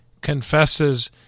confesses